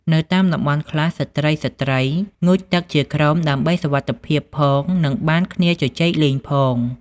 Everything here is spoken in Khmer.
នៅតាមតំំបន់ខ្លះ ស្ត្រីៗងូតទឹកជាក្រុមដើម្បីសុវត្ថិភាពផង និងបានគ្នាជជែកលេងផង។